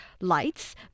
lights